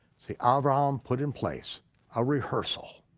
see, abraham put in place a rehearsal,